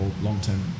long-term